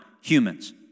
humans